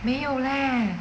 没有 leh